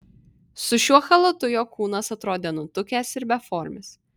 su šiuo chalatu jo kūnas atrodė nutukęs ir beformis